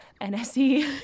NSE